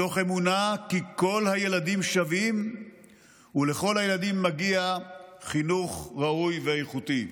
מתוך אמונה כי כל הילדים שווים ולכל הילדים מגיע חינוך ראוי ואיכותי.